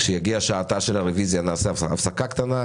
כשתגיע שעתה של הרביזיה נעשה הפסקה קטנה,